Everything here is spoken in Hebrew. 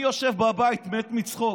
אני יושב בבית, מת מצחוק.